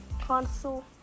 console